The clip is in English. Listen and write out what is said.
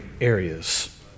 areas